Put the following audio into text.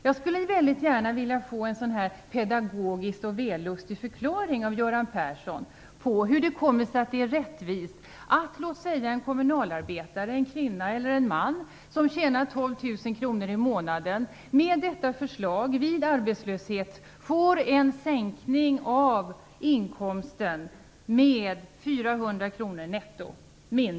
Jag skulle väldigt gärna vilja ha en sådan här pedagogisk och vällustig förklaring av Göran Persson om hur det kommer sig att det är rättvist att låt oss säga en kommunalarbetare - kvinna eller man - som tjänar 12 000 kr i månaden med detta förslag vid arbetslöshet får en sänkning av inkomsten med 400 kr netto.